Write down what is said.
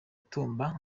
tumba